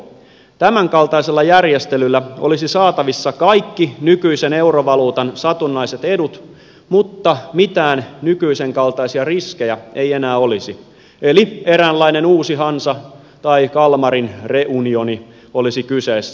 tämänkaltaisella järjestelyllä olisi saatavissa kaikki nykyisen eurovaluutan satunnaiset edut mutta mitään nykyisenkaltaisia riskejä ei enää olisi eli eräänlainen uusi hansa tai kalmarin reunioni olisi kyseessä